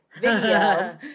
video